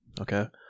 Okay